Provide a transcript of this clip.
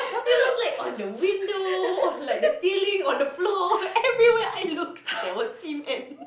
it was like on the window on like the ceiling on the floor everywhere I looked there was him and